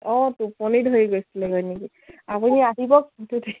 অঁ টোপনি ধৰি গৈছিলেগৈ নেকি আপুনি আহিব